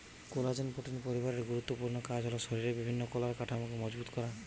collagen protein পরিবারের গুরুত্বপূর্ণ কাজ হল শরিরের বিভিন্ন কলার কাঠামোকে মজবুত করা